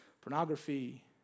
pornography